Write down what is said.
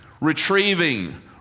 retrieving